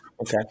Okay